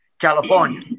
California